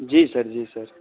जी sir जी sir